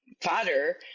father